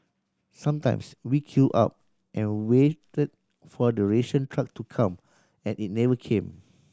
sometimes we queued up and waited for the ration truck to come and it never came